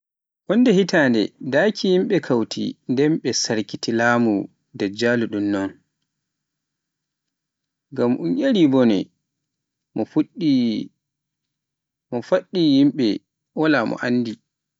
Wonde hitande, daki yimɓe kauti nden sarkiti laamu Dajjalu ɗun non, ngam un yari bone mo faɗɗi yimɓe wala mo anndi.